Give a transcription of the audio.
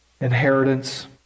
inheritance